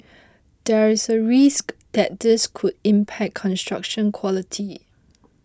there is a risk that this could impact construction quality